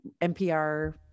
npr